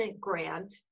Grant